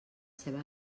seva